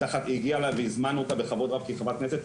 והיא הגיעה והזמנו אותו בכבוד רב כי היא חברת כנסת,